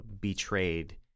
betrayed